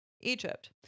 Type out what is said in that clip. Egypt